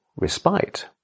respite